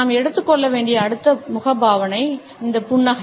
நாம் எடுத்துக் கொள்ள வேண்டிய அடுத்த முகபாவனை புன்னகை